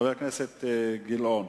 חבר הכנסת אילן גילאון.